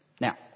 Now